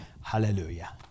Hallelujah